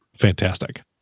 Fantastic